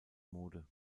mode